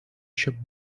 еще